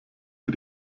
wir